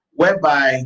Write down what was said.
whereby